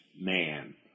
man